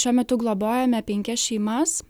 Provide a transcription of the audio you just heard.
šiuo metu globojame penkias šeimas